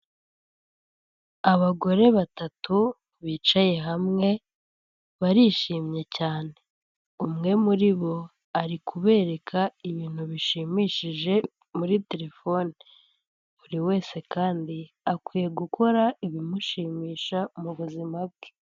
Abagore batatu bicaye hamwe barishimye cyane, umwe muri bo ari kubereka ibintu bishimishije muri telefone, buri wese kandi akwiye gukora ibimushimisha mu buzima bwe.